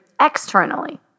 externally